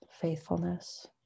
faithfulness